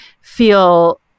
feel